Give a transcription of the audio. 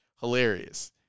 hilarious